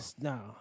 no